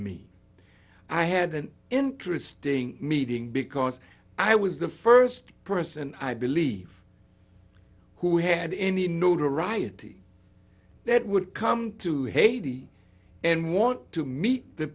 me i had an interesting meeting because i was the first person i believe who had any notoriety that would come to haiti and want to meet the